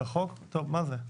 בחוק, טוב, מה זה?